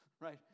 Right